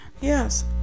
Yes